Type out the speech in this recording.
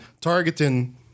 targeting